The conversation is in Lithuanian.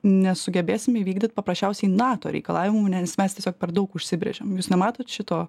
nesugebėsim įvykdyt paprasčiausiai nato reikalavimų nes mes tiesiog per daug užsibrėžėm jūs nematot šito